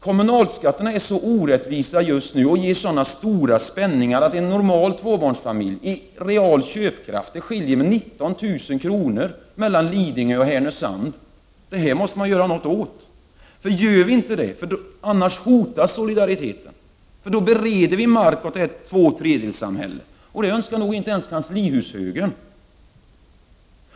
Kommunalskatterna är just nu så orättvisa och ger så stora spänningar att skillnaden i köpkraft mellan en normal tvåbarnsfamilj i Lidingö och en normal tvåbarnsfamilj i Härnösand är 19000 kronor. Det här måste vi göra någonting åt. Gör vi inte det hotas solidariteten. Då bereder vi mark för ett tvåtredjedelssamhälle, och det önskar nog inte ens kanslihushögern.